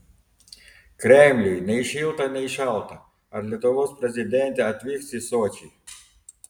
kremliui nei šilta nei šalta ar lietuvos prezidentė atvyks į sočį